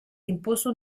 impuso